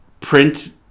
print